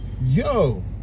Yo